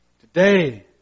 Today